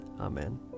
Amen